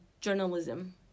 journalism